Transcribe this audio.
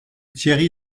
thierry